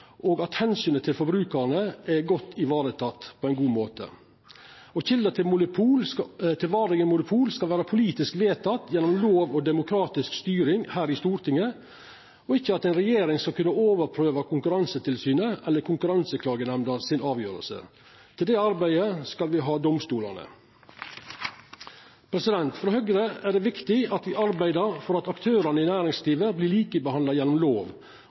og at omsynet til forbrukarane er godt vareteke. Kjelder til varige monopol skal vera politisk vedtekne gjennom lov og demokratisk styring her i Stortinget, og ikkje ved at ei regjering skal kunna overprøva Konkurransetilsynet eller konkurranseklagenemnda si avgjerd. Til det arbeidet har me domstolane. For Høgre er det viktig at me arbeider for at aktørane i næringslivet vert likebehandla gjennom lov,